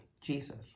jesus